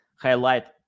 highlight